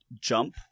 jump